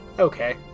Okay